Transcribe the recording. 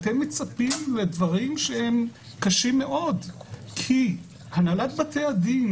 אתם מצפים לדברים שהם קשים מאוד כי הנהלת בתי הדין